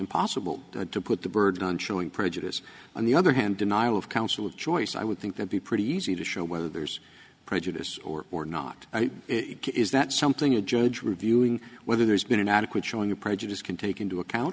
impossible to put the burden on showing prejudice on the other hand denial of counsel of choice i would think would be pretty easy to show whether there's prejudice or not is that something a judge reviewing whether there's been an adequate showing you prejudice can take into account